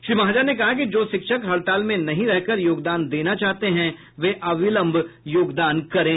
श्री महाजन ने कहा कि जो शिक्षक हड़ताल में नहीं रहकर योगदान देना चाहते हैं वे अविलंब योगदान करें